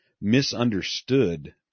misunderstood